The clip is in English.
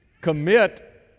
commit